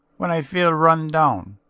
when i feel run down.